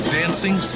dancing